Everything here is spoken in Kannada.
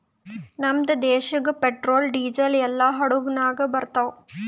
ನಮ್ದು ದೇಶಾಗ್ ಪೆಟ್ರೋಲ್, ಡೀಸೆಲ್ ಎಲ್ಲಾ ಹಡುಗ್ ನಾಗೆ ಬರ್ತಾವ್